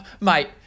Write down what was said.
Mate